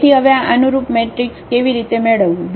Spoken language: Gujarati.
તેથી હવે આ અનુરૂપ મેટ્રિક્સ એ કેવી રીતે મેળવવું